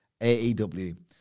AEW